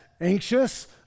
anxious